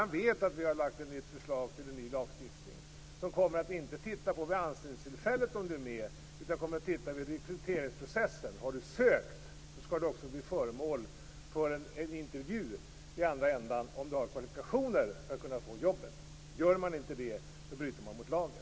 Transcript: Han vet att vi har lagt fram förslag till en ny lagstiftning som inte bara ser till om man finns med vid anställningstillfället utan till om man finns med i rekryteringsprocessen. Har du sökt skall du också bli föremål för en intervju om du har kvalifikationer för att kunna få jobbet. Sker inte det, bryter arbetsgivaren mot lagen.